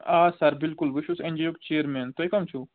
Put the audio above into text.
آ سر بلکُل بہٕ چھُس اٮ۪ن جی یُک چیرمین تہٕ تُہۍ کَم چھُو